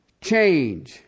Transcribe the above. change